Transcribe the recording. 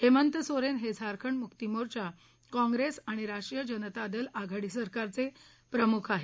हेमंत सोरेन हे झारखंड मुक्तिमोर्चा काँप्रेस आणि राष्ट्रीय जनता दल आघाडी सरकारचे प्रमुख आहेत